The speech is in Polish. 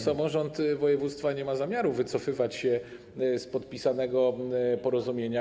Samorząd województwa nie ma zamiaru wycofywać się z podpisanego porozumienia.